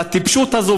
אז הטיפשות הזאת,